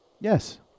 Yes